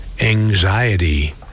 anxiety